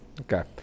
okay